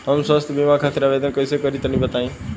हम स्वास्थ्य बीमा खातिर आवेदन कइसे करि तनि बताई?